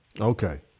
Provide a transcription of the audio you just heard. Okay